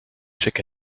chaque